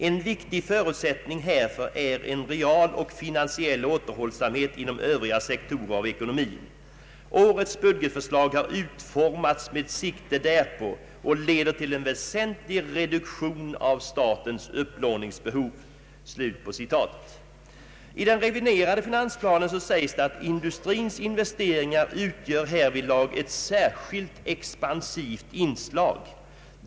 En viktig förutsättning härför är en real och finansiell återhållsamhet inom Övriga sektorer av ekonomin. Årets budgetförslag har utformats med sikte därpå och leder till en väsentlig reduktion av statens upplåningsbehov.” I den reviderade finansplanen sägs att industrins investeringar utgör härvidlag ett särskilt expansivt inslag.